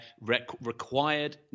required